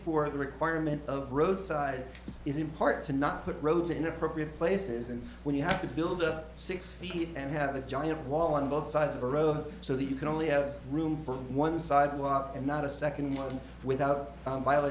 for the requirement of road side is in part to not put roads in appropriate places and when you have to build up six feet and have a giant wall on both sides of the road so that you can only have room for one sidewalk and not a second without